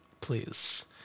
please